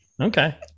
okay